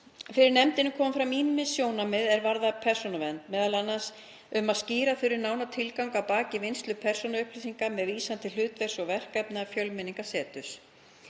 fyrir nefndinni komu fram ýmis sjónarmið er varða persónuvernd, m.a. um að skýra þurfi nánar tilgang að baki vinnslu persónuupplýsinga með vísan til hlutverks og verkefna Fjölmenningarseturs.